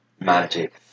magic